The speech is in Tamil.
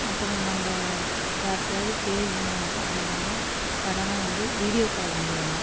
அப்புறம் நம்ப யாருட்டையாவது பேசுணும் அப்படின்னாலும் சடனாக வந்து வீடியோ கால் மூலியமாக